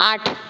आठ